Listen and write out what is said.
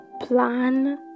plan